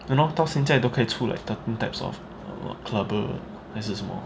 ya lor 到现在都可以出 like thirteen types of clubber 还是什么